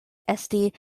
esti